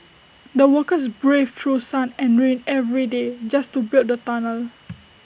the workers braved through sun and rain every day just to build the tunnel